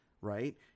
Right